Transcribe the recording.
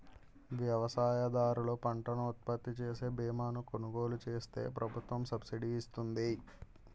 వ్యవసాయదారులు పంటను ఉత్పత్తిచేసే బీమాను కొలుగోలు చేస్తే ప్రభుత్వం సబ్సిడీ ఇస్తుంది